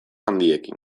handiekin